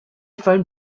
phone